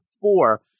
four